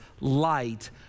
light